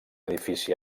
edifici